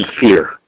fear